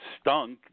stunk